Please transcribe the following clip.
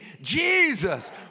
Jesus